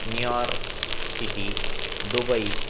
New York city Dubai